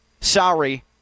Sorry